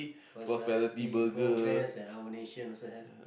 first priority progress and our nation also have